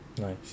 Nice